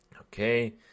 Okay